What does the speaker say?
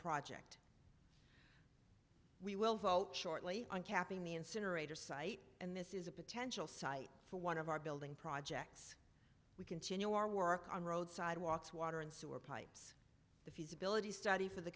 project we will vote shortly on capping the incinerator site and this is a potential site for one of our building projects we continue our work on road sidewalks water and sewer pipes the feasibility study for the